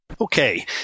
Okay